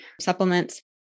supplements